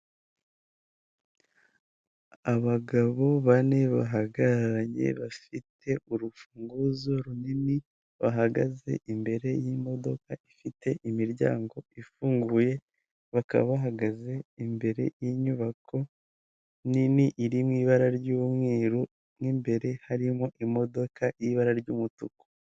Abagabo bane bahagararanye bafite urufunguzo runini bahagaze imbere y'imodoka ifite imiryango ifunguye bakaba bahagaze imbere y'inyubako nini iri mu ibara ry'umweru mwimbere harimo imodoka y'ibara ry'umutuku .